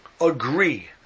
agree